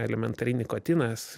elementariai nikotinas